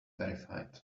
verified